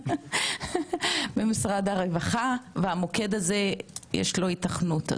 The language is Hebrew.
במשרד הרווחה, והמוקד הזה יש לו היתכנות.